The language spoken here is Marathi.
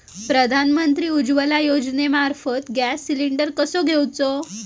प्रधानमंत्री उज्वला योजनेमार्फत गॅस सिलिंडर कसो घेऊचो?